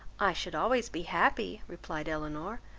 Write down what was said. i should always be happy, replied elinor,